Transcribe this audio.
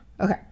Okay